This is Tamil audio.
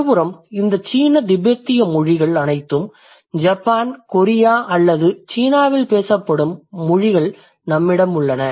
மறுபுறம் இந்த சீன திபெத்திய மொழிகள் அனைத்தும் அல்லது ஜப்பான் கொரியா அல்லது சீனாவில் பேசப்படும் மொழிகள் நம்மிடம் உள்ளன